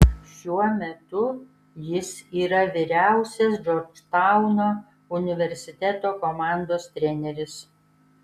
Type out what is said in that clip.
šiuo metu jis yra vyriausias džordžtauno universiteto komandos treneris